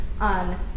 on